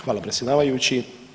Hvala predsjedavajući.